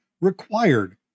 required